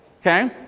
okay